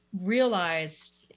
realized